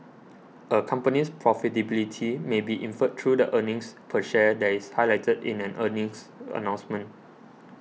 a company's profitability may be inferred through the earnings per share that is highlighted in an earnings announcement